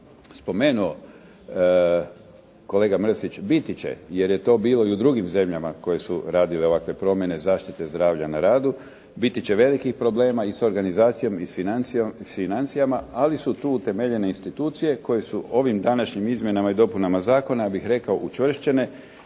spomenuo, kolega Mrsić, biti će, jer je to bilo i u drugim zemljama koje su radile ovakve promjene zaštite zdravlja na radu, biti će velikih problema i sa organizacijom i s financijama ali su tu utemeljene institucije koje su ovim današnjim izmjenama i dopunama zakona, ja bih rekao učvršćene